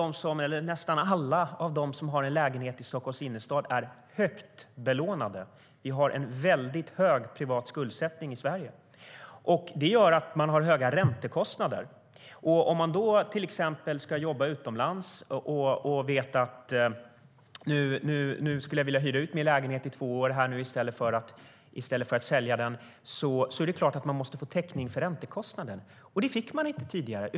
Om man till exempel ska jobba utomlands och vill hyra ut lägenheten i två år i stället för att sälja den är det klart att man måste få täckning för räntekostnaden. Det fick man inte tidigare.